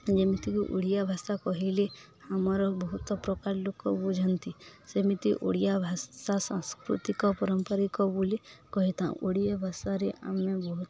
ଯେମିତିକି ଓଡ଼ିଆ ଭାଷା କହିଲେ ଆମର ବହୁତ ପ୍ରକାର ଲୋକ ବୁଝନ୍ତି ସେମିତି ଓଡ଼ିଆ ଭାଷା ସାଂସ୍କୃତିକ ପାରମ୍ପରିକ ବୋଲି କହିଥାଉ ଓଡ଼ିଆ ଭାଷାରେ ଆମେ ବହୁତ